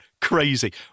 crazy